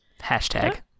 Hashtag